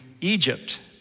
Egypt